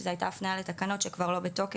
שזו הייתה הפניה לתקנות שכבר לא בתוקף,